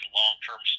long-term